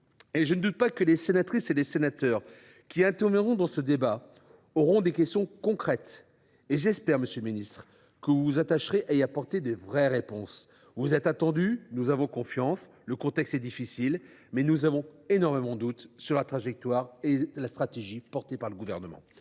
Je n’en doute pas, les sénatrices et sénateurs qui interviendront dans ce débat auront des questions concrètes à vous poser. J’espère que vous vous attacherez à y apporter de vraies réponses. Vous êtes donc attendu. Si le contexte est difficile, nous avons énormément de doutes sur la trajectoire et la stratégie portées par le Gouvernement